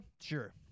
sure